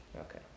Okay